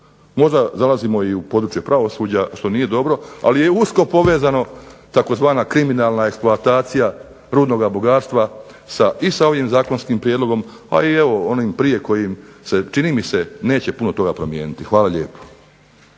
Možda zalazimo i u područje pravosuđe što nije dobro, ali je usko povezano, tzv. kriminalna eksploatacija rudnoga bogatstva i sa ovim zakonskim prijedlogom, a i evo onim prije kojim se čini mi se neće puno toga promijeniti. Hvala lijepo.